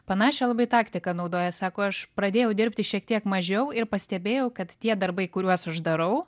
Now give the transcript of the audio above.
panašią labai taktiką naudoja sako aš pradėjau dirbti šiek tiek mažiau ir pastebėjau kad tie darbai kuriuos aš darau